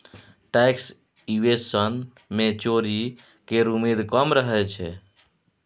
tax evasion मे चोरी केर उमेद कम रहय छै